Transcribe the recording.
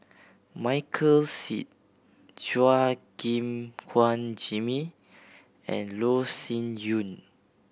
Michael Seet Chua Gim Guan Jimmy and Loh Sin Yun